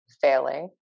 failing